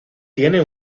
tiene